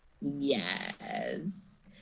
Yes